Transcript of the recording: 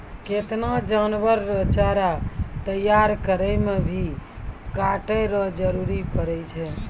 केतना जानवर रो चारा तैयार करै मे भी काटै रो जरुरी पड़ै छै